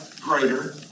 greater